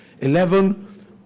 Eleven